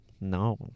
No